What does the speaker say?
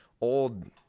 old